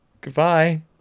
Goodbye